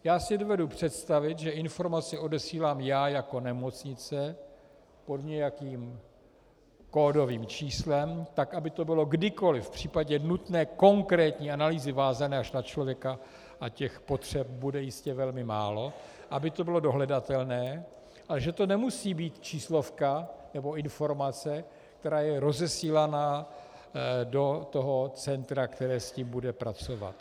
Já si dovedu představit, že informaci odesílám já jako nemocnice pod nějakým kódovým číslem tak, aby to bylo kdykoli v případě nutné a konkrétní analýzy vázané až na člověka, a těch potřeb bude jistě velmi málo, aby to bylo dohledatelné, a že to nemusí být číslovka nebo informace, která je rozesílaná do toho centra, které s tím bude pracovat.